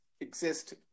exist